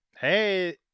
hey